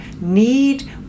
need